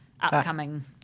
upcoming